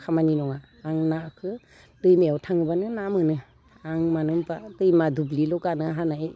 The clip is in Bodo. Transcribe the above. खामानि नङा आं नाखौ दैमायाव थांबानो ना मोनो आं मानो होनबा दैमा दुब्लिल' गानो हानाय